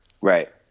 Right